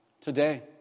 today